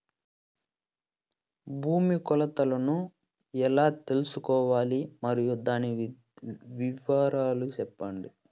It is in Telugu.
భూమి కొలతలను ఎలా తెల్సుకోవాలి? మరియు దాని వివరాలు సెప్పండి?